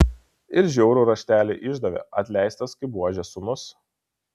ir žiaurų raštelį išdavė atleistas kaip buožės sūnus